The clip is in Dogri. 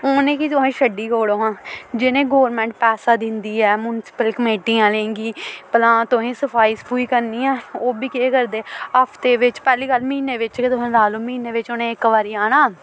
हूनें गी तुहें छड्डी ओड़ो हां जि'नें गौरमैंट पैसा दिंदी ऐ मुनसिपल कमेटी आह्लें गी भलां तुहें सफाई सफुई करनी ऐ ओह् बी केह् करदे हफ्ते बिच्च पैह्ले गल्ल म्हीने बिच्च गै तुस लाई लो म्हीने बिच्च उ'नें इक बारी आना